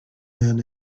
man